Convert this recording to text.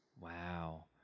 wow